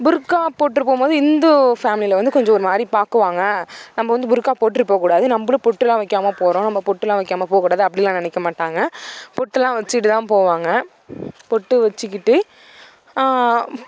புர்க்கா போட்டுட்டு போகும் போது இந்து ஃபேமிலில வந்து கொஞ்சம் ஒரு மாதிரி பார்க்குவாங்க நம்ம வந்து புர்க்கா போட்டுட்டு போகக்கூடாது நம்மளும் பொட்டுலாம் வைக்காமல் போகிறோம் நம்ம பொட்டுலாம் வைக்காமல் போகக்கூடாது அப்படிலாம் நினைக்க மாட்டாங்க பொட்டுலாம் வச்சிட்டு தான் போவாங்க பொட்டு வச்சிக்கிட்டு